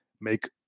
make